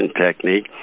technique